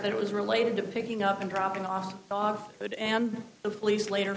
that it was related to picking up and dropping off dog food and the police later